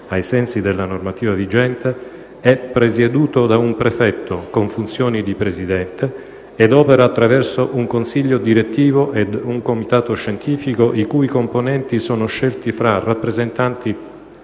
ai sensi della normativa vigente, è presieduto da un prefetto con funzioni di Presidente e opera attraverso un consiglio direttivo e un comitato scientifico, i cui componenti sono scelti fra rappresentanti